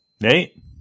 Nate